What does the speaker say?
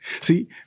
See